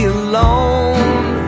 alone